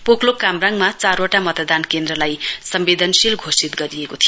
पोकलोक कामराङमा चारवटा मतदान केन्द्रलाई सम्वेदनशील घोषित गरिएको थियो